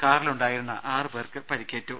കാറിലുണ്ടായിരുന്ന ആറുപേർക്ക് പരിക്കേറ്റു